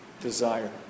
desire